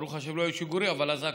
ברוך השם, לא היו שיגורים, אבל אזעקות.